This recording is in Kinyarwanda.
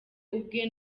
ubwe